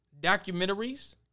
documentaries